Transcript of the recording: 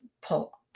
pull